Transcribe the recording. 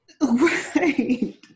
Right